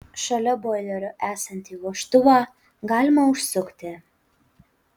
šalia boilerio esantį vožtuvą galima užsukti